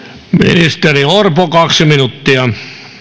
ministeri orpo kaksi minuuttia